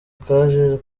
kajejwe